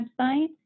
website